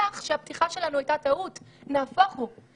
שהפתיחה שלנו הייתה טעות - נהפוך הוא.